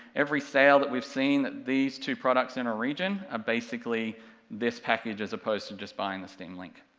every sale that we've seen at these two products in a region, are ah basically this package as opposed to just buying the steam link.